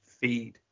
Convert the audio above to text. feed